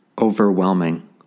overwhelming